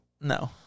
No